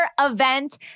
event